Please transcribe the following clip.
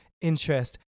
interest